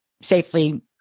safely